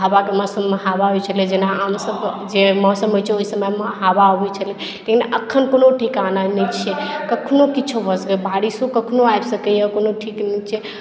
हवाके मौसममे हवा होइ छलै जेना आम सभके जे मौसम होइ छै ओहि समयमे हवा अबै छलै लेकिन अखन कोनो ठिकाना नहि छियै कखनो किछो भऽ सकैया बारिशो कखनो आबि सकैया कोनो ठीक नहि छै